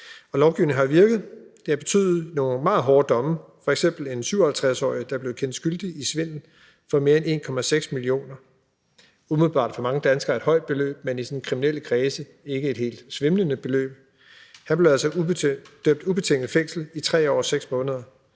Og lovgivningen har jo virket. Det har betydet nogle meget hårde domme, f.eks. til en 57-årig, der blev kendt skyldig i svindel for mere end 1,6 mio. kr. Det er umiddelbart for mange danskere et højt beløb, men i sådan kriminelle kredse er det ikke et helt svimlende beløb. Han blev altså idømt ubetinget fængsel i 3 år og 6 måneder